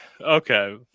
okay